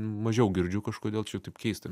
mažiau girdžiu kažkodėl taip keista